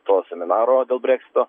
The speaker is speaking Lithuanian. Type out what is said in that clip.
to seminaro dėl breksito